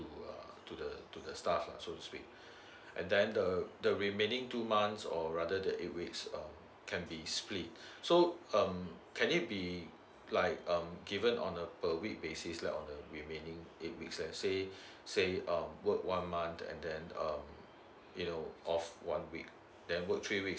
uh to the to the staff lah so to speak and then the the remaining two months or rather the eight weeks um can be split so um can it be like um given on uh per week basis like on the remaining eight weeks let's say say um work one month and then um you know off one week then work three weeks